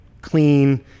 clean